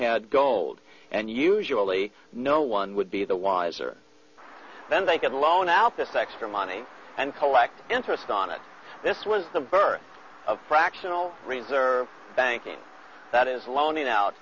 had gold and usually no one would be the wiser then they can loan out this extra money and collect interest on it this was the birth of fractional reserve banking that is loaning out